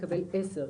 לקבל עשר,